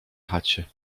chacie